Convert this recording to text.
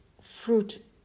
fruit